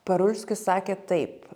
parulskis sakė taip